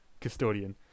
custodian